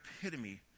epitome